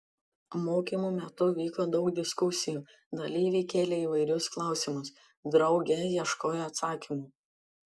mokymų metu vyko daug diskusijų dalyviai kėlė įvairius klausimus drauge ieškojo atsakymų